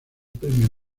premio